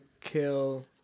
kill